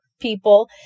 people